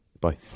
Bye